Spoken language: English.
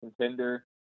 contender